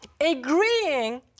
agreeing